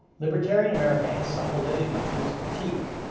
libertarian america has some validity to its critique.